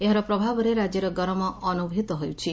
ଏହାର ପ୍ରଭାବରେ ରାକ୍ୟରେ ଗରମ ଅନୁଭୂତ ହେଉଛି